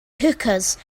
hookahs